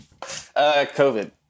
COVID